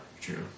True